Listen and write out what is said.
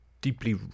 deeply